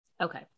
okay